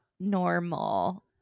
Normal